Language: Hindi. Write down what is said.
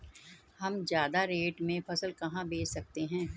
हम ज्यादा रेट में फसल कहाँ बेच सकते हैं?